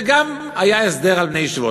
וגם היה הסדר על בני ישיבות.